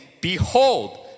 behold